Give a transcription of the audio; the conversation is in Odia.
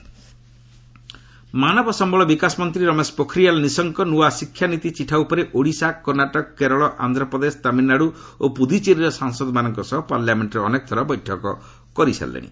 ଏଚ୍ଆର୍ଡି ଏନ୍ଇପି ମାନବ ସମ୍ଭଳ ବିକାଶ ମନ୍ତ୍ରୀ ରମେଶ ପୋଖରିଆଲ୍ ନିଶଙ୍କ ନ୍ତଆ ଶିକ୍ଷାନୀତି ଚିଠା ଉପରେ ଓଡ଼ିଶା କର୍ଷ୍ଣାଟକ କେରଳ ଆନ୍ଧ୍ରପ୍ରଦେଶ ତାମିଲ୍ନାଡୁ ଓ ପୁଦ୍ଚେରୀର ସାଂସଦମାନଙ୍କ ସହ ପାର୍ଲାମେଣ୍ଟରେ ଅନେକ ଥର ବୈଠକ କରିସାରିଲେଣି